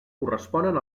corresponen